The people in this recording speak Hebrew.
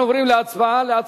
17 בעד, אין מתנגדים ואין נמנעים.